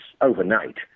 overnight